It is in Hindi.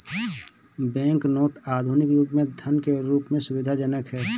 बैंक नोट आधुनिक युग में धन के रूप में सुविधाजनक हैं